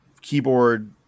keyboard